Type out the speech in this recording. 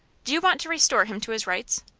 do you want to restore him to his rights?